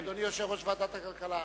אדוני יושב-ראש ועדת הכלכלה,